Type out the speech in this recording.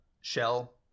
shell